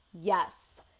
yes